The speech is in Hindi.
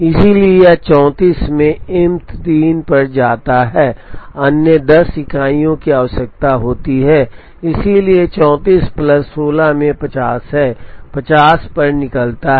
इसलिए यह 34 में एम 3 पर जाता है अन्य 16 इकाइयों की आवश्यकता होती है इसलिए 34 प्लस 16 में 50 है 50 पर निकलता है